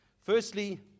Firstly